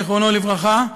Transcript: זיכרונו לברכה,